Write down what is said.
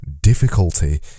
difficulty